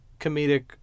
comedic